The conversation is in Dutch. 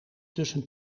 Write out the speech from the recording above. tussen